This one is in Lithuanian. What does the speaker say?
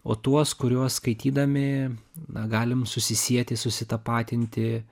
o tuos kuriuos skaitydami na galim susisieti susitapatinti